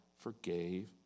forgave